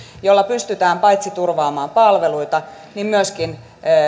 jolla pystytään paitsi turvaamaan palveluita myöskin